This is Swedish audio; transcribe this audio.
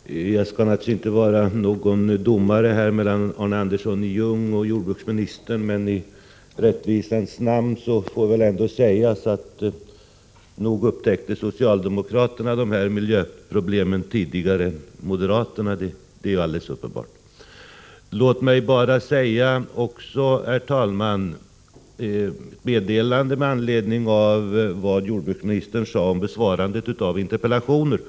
Herr talman! Jag skall naturligtvis inte sitta som domare mellan Arne Andersson i Ljung och jordbruksministern. I rättvisans namn får emellertid sägas att nog upptäckte socialdemokraterna de här miljöproblemen tidigare än moderaterna. Det är alldeles uppenbart. Låt mig, herr talman, med anledning av vad jordbruksministern sade om besvarandet av interpellationer säga